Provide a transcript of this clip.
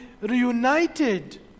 reunited